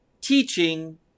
teaching